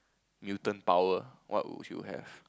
mutant power what would you have